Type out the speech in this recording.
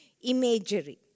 imagery